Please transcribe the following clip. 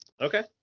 Okay